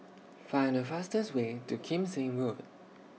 Find The fastest Way to Kim Seng Road